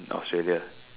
in Australia